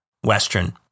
Western